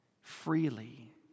freely